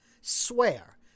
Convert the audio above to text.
Swear